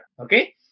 okay